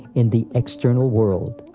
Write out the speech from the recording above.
in the external world,